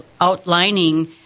outlining